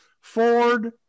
Ford